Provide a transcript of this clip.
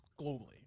globally